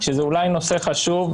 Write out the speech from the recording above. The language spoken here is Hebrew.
שזה אולי נושא חשוב,